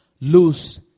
lose